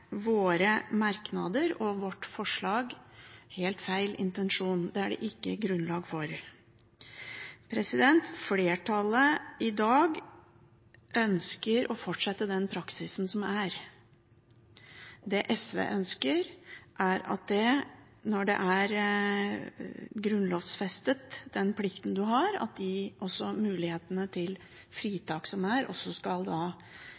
våre merknader og vårt forslag helt feil intensjon. Det er det ikke grunnlag for. Flertallet i dag ønsker å fortsette den praksisen som er. Det SV ønsker, når den plikten en har, er grunnlovfestet, er at de mulighetene til fritak som er, også skal